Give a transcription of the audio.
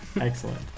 Excellent